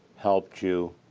helped you,